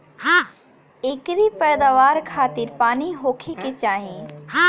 एकरी पैदवार खातिर पानी होखे के चाही